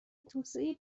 توسعه